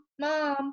mom